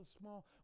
small